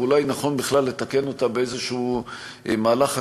ואולי נכון בכלל לתקן אותה באיזשהו מהלך חקיקה,